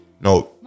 No